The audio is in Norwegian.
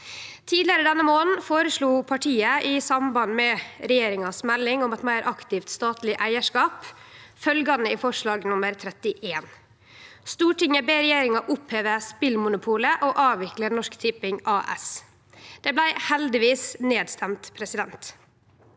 Tidlegare denne månaden føreslo partiet, i samband med meldinga frå regjeringa om eit meir aktivt statleg eigarskap, følgjande i forslag nr. 31: «Stortinget ber regjeringen oppheve spillmonopolet og avvikle Norsk Tipping AS.» Det blei heldigvis stemt ned.